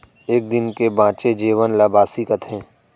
एक दिन के बांचे जेवन ल बासी कथें